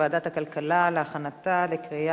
לוועדת הכלכלה נתקבלה.